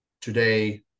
today